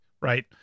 right